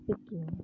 speaking